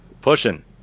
pushing